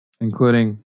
Including